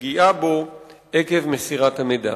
לפגיעה בו עקב מסירת המידע.